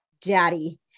daddy